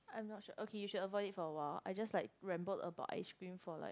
I'm not sure okay you should avoid it for a while I just like rambled about ice cream for like